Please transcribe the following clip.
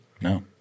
No